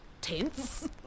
tense